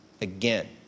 again